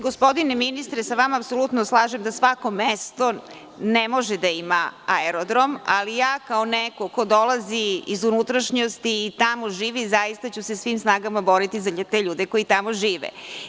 Gospodine ministre, ja se sa vama apsolutno slažem da svako mesto ne može da ima aerodrom, ali ja kao neko ko dolazi iz unutrašnjosti i tamo živi, zaista ću se svim snagama boriti za te ljude koji tamo žive.